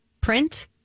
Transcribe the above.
print